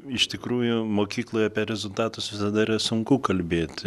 iš tikrųjų mokykloje apie rezultatus visada yra sunku kalbėt